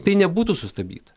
tai nebūtų sustabdyta